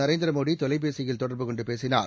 நரேந்திர மோடி தொலைபேசியில் தொடர்பு கொண்டு பேசினார்